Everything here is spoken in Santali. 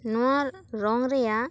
ᱱᱚᱣᱟ ᱨᱚᱝ ᱨᱮᱭᱟᱜ